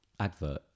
Advert